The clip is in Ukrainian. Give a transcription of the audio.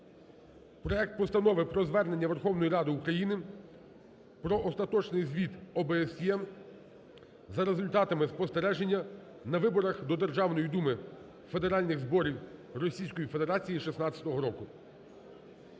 проект Постанови про Звернення Верховної Ради України "Про Остаточний Звіт ОБСЄ за результатами спостереження на виборах до Державної Думи Федеральних Зборів Російської Федерації 2016 року.